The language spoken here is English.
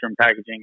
packaging